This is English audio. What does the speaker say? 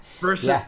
versus